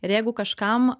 ir jeigu kažkam